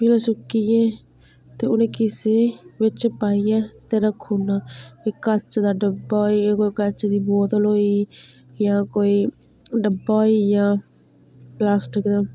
फ्ही ओह् सुक्कियै ते उनेंई किसै बिच्च पाइयै ते रखुना कोई कच्च दा डब्बा होए जां कोई कच्च दी बोतल होए जां कोई डब्बा होई गेआ प्लास्टक दा